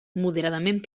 moderadament